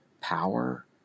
power